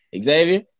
Xavier